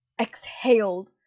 exhaled